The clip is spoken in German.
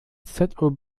zob